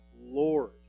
Lord